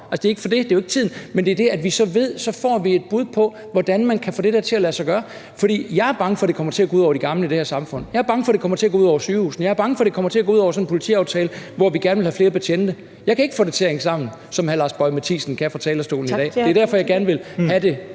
det kommer an på, men det er det, at vi ved, at vi får et bud på, hvordan man kan få det der til at lade sig gøre. For jeg er bange for, at det kommer til at gå ud over de gamle i det her samfund. Jeg er bange for, at det kommer til at gå ud over sygehusene. Jeg er bange for, at det kommer til at gå ud over en politiaftale, hvor vi gerne vil have flere betjente. Jeg kan ikke få det til at hænge sammen, sådan som hr. Lars Boje Mathiesen kan fra talerstolen her i dag. Det er derfor, jeg gerne vil have det